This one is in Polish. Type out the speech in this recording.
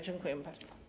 Dziękuję bardzo.